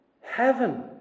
heaven